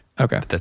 Okay